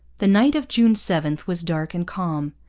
the night of june seven was dark and calm.